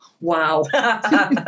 Wow